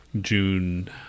June